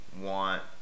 want